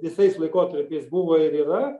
visais laikotarpiais buvo ir yra